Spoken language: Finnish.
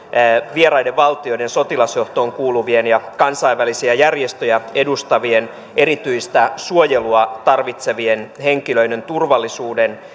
vieraiden valtioiden sotilasjohtoon kuuluvien ja kansainvälisiä järjestöjä edustavien erityistä suojelua tarvitsevien henkilöiden turvallisuuden